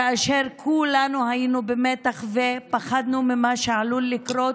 כאשר כולנו היינו במתח ופחדנו ממה שעלול לקרות